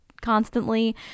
constantly